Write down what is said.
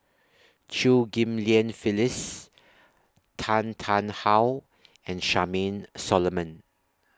Chew Ghim Lian Phyllis Tan Tarn How and Charmaine Solomon